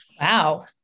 Wow